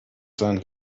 sein